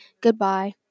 Goodbye